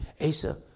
Asa